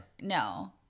no